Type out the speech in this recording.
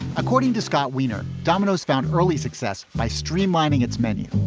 according to scott wiener, domino's found early success by streamlining its menu